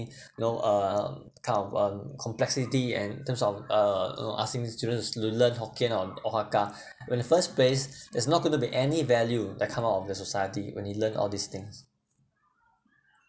you know uh um kind of um complexity and in terms of uh asking the students to learn hokkien on or hakka when the first place is not going to be any value that come out of the society when he learnt all these things